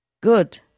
Good